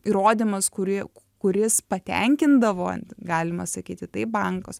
įrodymas kurį kuris patenkindavo galima sakyti taip bankus